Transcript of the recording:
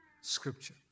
Scripture